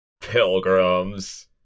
Pilgrims